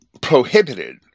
prohibited